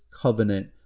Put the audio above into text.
covenant